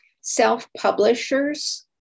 self-publishers